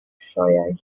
sioeau